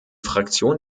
fraktion